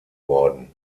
worden